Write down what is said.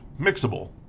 mixable